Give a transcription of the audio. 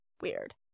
weird